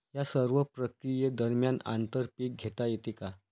या सर्व प्रक्रिये दरम्यान आंतर पीक घेता येते का?